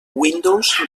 windows